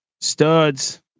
Studs